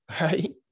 right